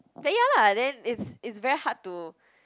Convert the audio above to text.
then ya lah then it's it's very hard to